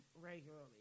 regularly